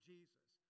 Jesus